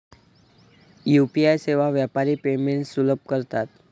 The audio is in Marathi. यू.पी.आई सेवा व्यापारी पेमेंट्स सुलभ करतात